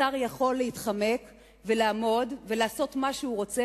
שר יכול להתחמק ולעמוד ולעשות מה שהוא רוצה,